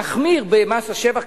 נחמיר במס השבח.